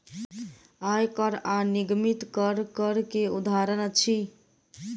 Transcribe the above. आय कर आ निगमित कर, कर के उदाहरण अछि